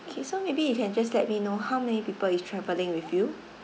K so maybe you can just let me know how many people is travelling with you